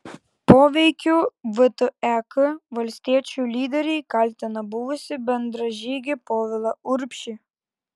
poveikiu vtek valstiečių lyderiai kaltina buvusį bendražygį povilą urbšį